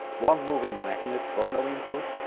one moving magnet phono input,